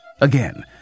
Again